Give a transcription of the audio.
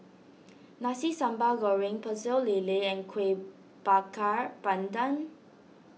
Nasi Sambal Goreng Pecel Lele and Kueh Bakar Pandan